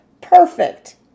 Perfect